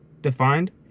defined